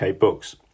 books